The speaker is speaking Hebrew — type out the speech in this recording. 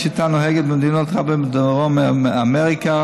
השיטה נוהגה במדינות רבות בדרום אמריקה,